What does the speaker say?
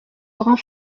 grand